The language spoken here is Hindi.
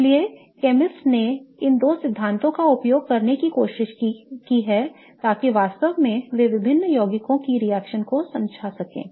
इसलिए केमिस्ट ने इन दो सिद्धांतों का उपयोग करने की कोशिश की है ताकि वास्तव में विभिन्न यौगिकों की रिएक्शन को समझाया जा सके